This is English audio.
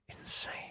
Insane